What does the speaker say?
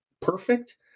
perfect